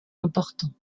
important